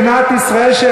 מה זה עושה למדינת ישראל?